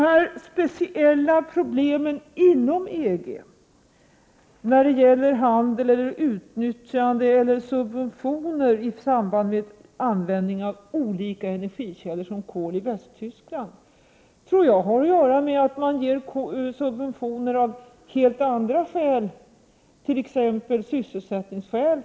De speciella problem inom EG när det gäller handel, utnyttjande eller subventioner i samband med användningen av olika energikällor såsom kol i Västtyskland, tror jag har att göra med att man ger subventioner av helt andra skäl, t.ex. sysselsättningsskäl.